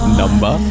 number